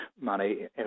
money